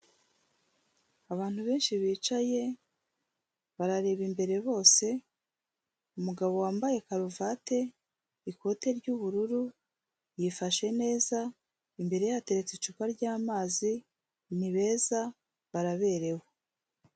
Abantu benshi bicaye, barareba imbere bose, umugabo wambaye karuvati, ikote ry'ubururu, yifashe neza, imbere ye hateretse icupa rya mazi, ni beza baraberewe.